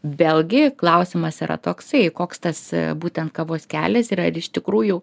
vėlgi klausimas yra toksai koks tas būtent kavos kelias yra ar iš tikrųjų